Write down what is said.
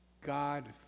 God